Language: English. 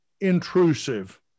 intrusive